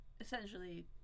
essentially